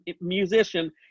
musician